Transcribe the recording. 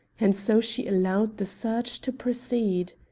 and so she allowed the search to proceed.